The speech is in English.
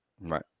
Right